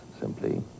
simply